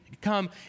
come